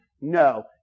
no